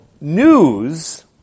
news